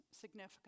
significant